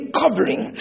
covering